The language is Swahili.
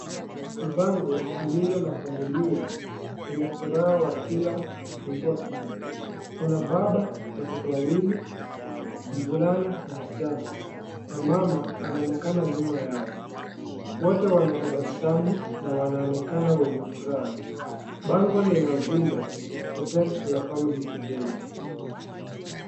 Ni bango iliyo na familia yenye furaha wakila kufungua kinywa , kuna baba , watoto wawili mvulana na msichana, na mama anaonekana nyuma yao. Wote wanatabasamu na wanaonekana wenye furaha. Bango lina ujumbe protect your family today